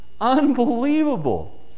Unbelievable